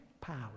power